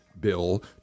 Bill